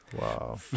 Wow